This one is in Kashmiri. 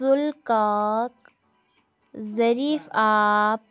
سُل کاک زٔریٖف آپ